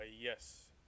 yes